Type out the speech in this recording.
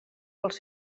pels